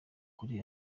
kuri